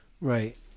right